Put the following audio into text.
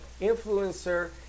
influencer